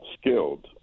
skilled